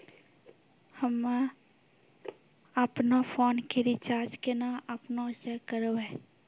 हम्मे आपनौ फोन के रीचार्ज केना आपनौ से करवै?